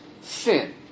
sin